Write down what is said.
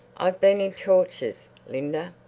i've been in tortures, linda.